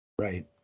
Right